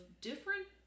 different